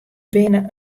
binne